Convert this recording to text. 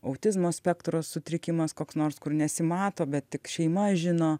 autizmo spektro sutrikimas koks nors kur nesimato bet tik šeima žino